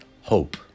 Hope